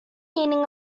meaning